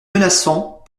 menaçant